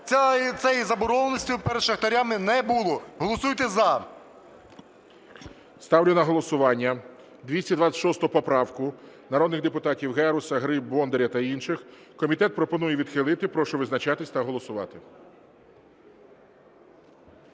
цієї заборгованості перед шахтарями не було. Голосуйте "за". ГОЛОВУЮЧИЙ. Ставлю на голосування 226 поправку народних депутатів Геруса, Гриб, Бондаря та інших. Комітет пропонує відхилити. Прошу визначатися та голосувати.